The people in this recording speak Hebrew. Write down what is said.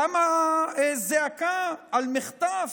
קמה זעקה על מחטף.